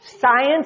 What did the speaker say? science